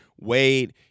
Wade